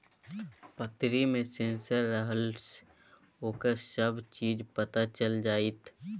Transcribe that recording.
पतरी मे सेंसर रहलासँ ओकर सभ चीज पता चलि जाएत